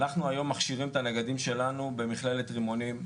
אנחנו מכשירים את הנגדים שלנו במכללת רימונים,